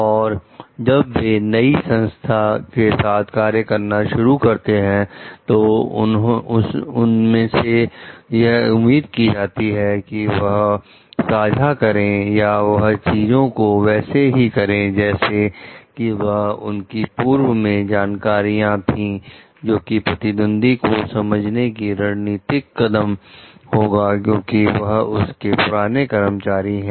और जब वे नई संस्था के साथ कार्य करना शुरू करते हैं तो उनसे यह उम्मीद की जाती है कि वह साझा करें या वह चीजों को वैसे ही करें जैसे कि उनकी पूर्व में जानकारियां थी जोकि प्रतिद्वंदी को समझने में रणनीतिक कदम होगा क्योंकि वह उनके पुराने कर्मचारी हैं